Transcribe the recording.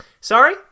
Sorry